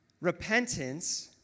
repentance